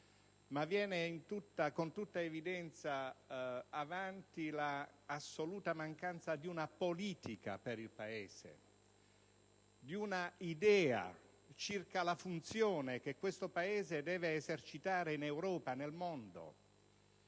infatti con tutta evidenza l'assoluta mancanza di una politica per il Paese, di un'idea circa la funzione che questo Paese deve esercitare in Europa e nel mondo,